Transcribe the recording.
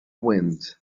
wind